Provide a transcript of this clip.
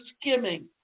skimming